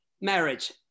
Marriage